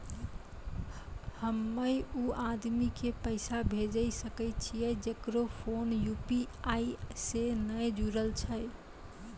हम्मय उ आदमी के पैसा भेजै सकय छियै जेकरो फोन यु.पी.आई से नैय जूरलो छै?